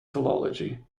philology